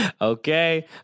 Okay